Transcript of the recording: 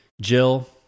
Jill